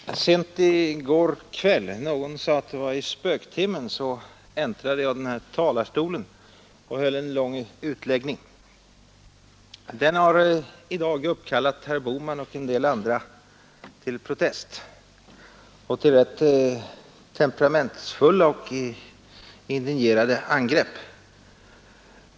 Herr talman! Sent i går kväll — någon sade att det var i spöktimmen — äntrade jag den här talarstolen och höll en lång utläggning. Den har i dag uppkallat herr Bohman och en del andra till protest och till temperamentsfulla och indignerade angrepp.